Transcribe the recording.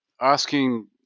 asking